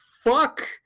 fuck